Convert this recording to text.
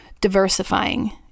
diversifying